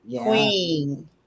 Queen